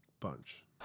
bunch